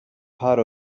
part